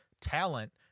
talent